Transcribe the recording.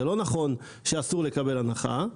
זה לא נכון שאסור לקבל הנחה,